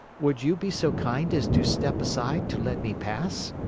would you be so kind as to step aside to let me pass?